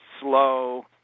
slow